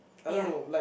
ya